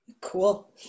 Cool